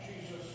Jesus